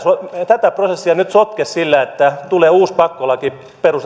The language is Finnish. tätä prosessia nyt sotke sillä että tulee uusi pakkolaki perustaksi